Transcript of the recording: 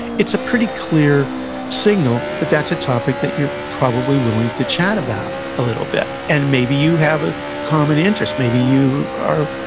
it's a pretty clear signal that that's a topic that you're probably willing to chat about a little bit. and maybe you have a common interest, maybe you are